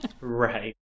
Right